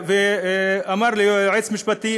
ואמר ליועץ המשפטי,